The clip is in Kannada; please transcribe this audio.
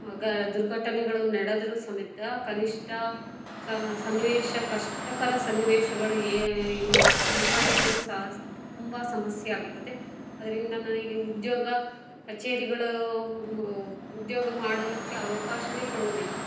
ಗ ದುರ್ಘಟನೆಗಳು ನಡೆದ್ರೂ ಸಮೇತ ಕನಿಷ್ಠ ಸ ಸನ್ನಿವೇಶ ಕಷ್ಟಕರ ಸನ್ನಿವೇಶಗಳು ಏ ಇನ್ನು ನಿಭಾಯಿಸಲು ಸ ತುಂಬ ಸಮಸ್ಯೆ ಆಗುತ್ತದೆ ಅದರಿಂದ ನನಗೆ ಉದ್ಯೋಗ ಕಚೇರಿಗಳು ಉದ್ಯೋಗ ಮಾಡಲಿಕ್ಕೆ ಅವಕಾಶನೇ ಕೊಡುವುದಿಲ್ಲ